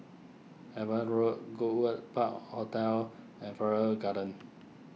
Ava Road Goodwood Park Hotel and Farrer Garden